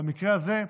במקרה הזה,